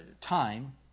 time